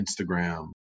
Instagram